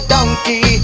Donkey